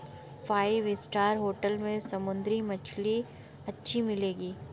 five star hotel में समुद्री मछली अच्छी मिलेंगी